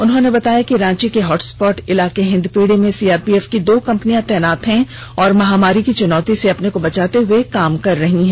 उन्होंने कहा कि रांची के हॉटस्पॉट इलाके हिंदपीढ़ी में सीआरपीएफ की दो कंपनियां तैनात हैं और महामारी की चुनौती से अपने को बचाते हुए काम कर रही हैं